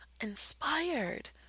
inspired